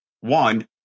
one